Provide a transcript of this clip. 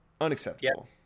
unacceptable